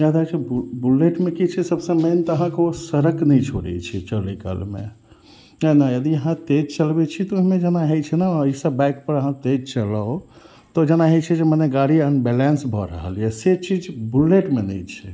जादा बुल्लेटमे की छै सबसे मेन तऽ अहाँके ओ सड़क नहि छोड़ै छै चलैकालमे नहि नहि यदि अहाँ तेज चलबै छी तऽ ओहिमे जेना होइ छै ने एहि सब बाइक पर अहाँ तेज चलाउ तऽ जेना होइ छै जे मने गाड़ी अनबैलेंस भऽ रहल यऽ से चीज बुल्लेटमे नहि छै